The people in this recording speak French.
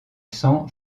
sang